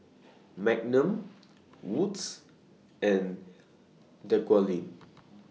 Magnum Wood's and Dequadin